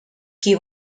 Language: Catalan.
qui